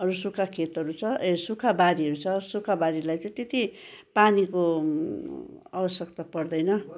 अरू सुक्खा खेतहरू छ ए सुक्खा बारीहरू छ सुक्खा बारीलाई चाहिँ त्यति पानीको आवश्यकता पर्दैन